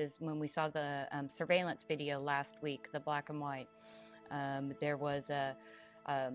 is when we saw the surveillance video last week the black and white there was a